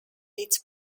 its